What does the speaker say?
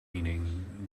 meaning